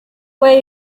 way